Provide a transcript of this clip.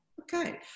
Okay